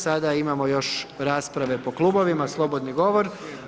Sada imamo još rasprave po klubovima, slobodni govor.